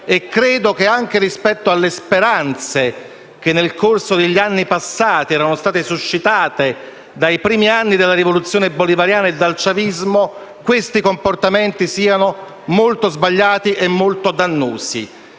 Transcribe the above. credo che, anche rispetto alle speranze che nel corso degli anni passati erano state suscitate dai primi anni della rivoluzione bolivariana e dal chavismo, questi comportamenti siano molto sbagliati e dannosi.